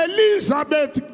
Elizabeth